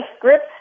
grip